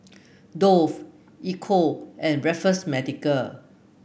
Dove Ecco and Raffles Medical